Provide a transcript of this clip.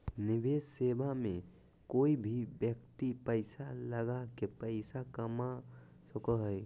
निवेश सेवा मे कोय भी व्यक्ति पैसा लगा के पैसा कमा सको हय